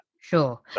Sure